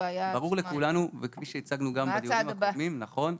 בעיניי זו קודם כל גישה.